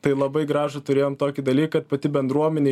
tai labai gražų turėjom tokį dalyką pati bendruomenė